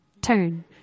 Turn